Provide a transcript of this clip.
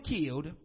killed